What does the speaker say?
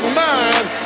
mind